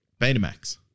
Betamax